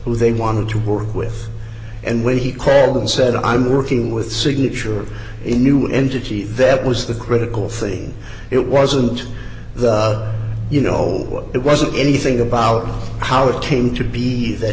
who they wanted to work with and when he called and said i'm working with signature in new entity that was the critical thing it wasn't you know it wasn't anything about how it came to be that